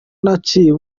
naciye